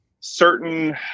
certain